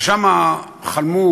ושם חלמו,